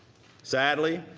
sadly,